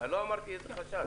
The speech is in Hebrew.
לא אמרתי איזה חשש.